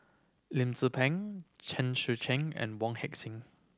Lim Peng Chen Sucheng and Wong Heck Sing